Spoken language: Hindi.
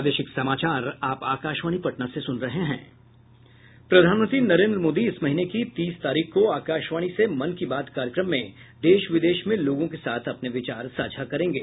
प्रधानमंत्री नरेन्द्र मोदी इस महीने की तीस तारीख को आकाशवाणी से मन की बात कार्यक्रम में देश विदेश में लोगों के साथ अपने विचार साझा करेंगे